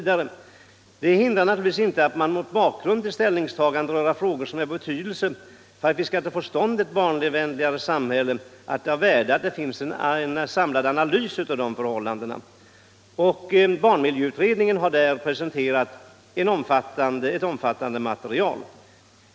Det hindrar naturligtvis inte att det som bakgrund till ställningstagandet rörande frågor som är av betydelse för att vi skall få till stånd ett barnvänligare samhälle är av värde att det finns en samlad analys av barnens förhållanden. Barnmiljöutredningen har presenterat ett omfattande material i detta avseende.